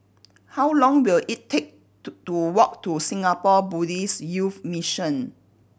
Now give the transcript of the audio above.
how long will it take to to walk to Singapore Buddhist Youth Mission